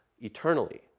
eternally